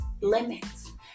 limits